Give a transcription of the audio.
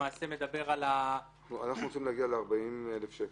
למעשה מדבר על --- אנחנו רוצים להגיע ל-40,000 שקל?